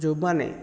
ଯେଉଁମାନେ